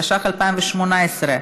התשע"ח 2018,